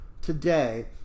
today